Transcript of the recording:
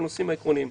בנושאים העקרוניים.